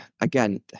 again